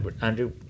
Andrew